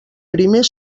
primer